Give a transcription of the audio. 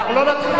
כל פלסטיני.